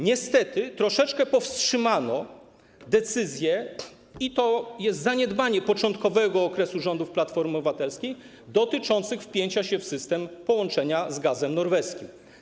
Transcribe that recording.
Niestety troszeczkę powstrzymano decyzje, i to jest zaniedbanie początkowego okresu rządów Platformy Obywatelskiej, dotyczące wpięcia się w system połączenia z gazem norweskim.